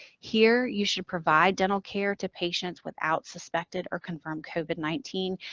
here, you should provide dental care to patients without suspected or confirmed covid nineteen,